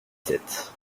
sept